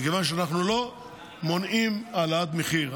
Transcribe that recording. בגלל שאנחנו לא מונעים העלאת מחיר,